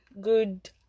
good